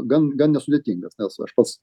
gan gan nesudėtingas nes aš pats